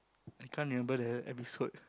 I can't remember that episode